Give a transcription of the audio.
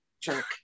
Jerk